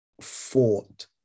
fought